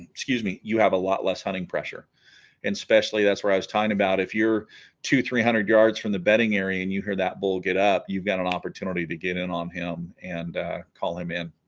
excuse me you have a lot less hunting pressure and especially that's where i was tying about if you're to three hundred yards from the bedding area and you hear that bull get up you've got an opportunity to get in on him and call him in